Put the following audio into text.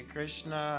Krishna